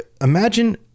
imagine